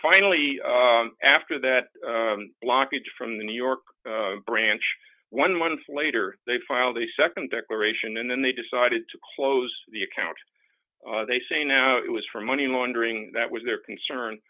finally after that blockage from the new york branch one month later they filed the nd declaration and then they decided to close the account they say now it was for money laundering that was their concern